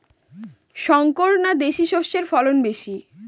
শংকর না দেশি সরষের ফলন বেশী?